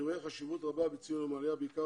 אני רואה חשיבות רבה בציון יום העלייה בעיקר